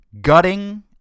gutting